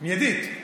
מיידית.